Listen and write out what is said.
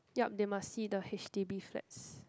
yup they must see the H_D_B flats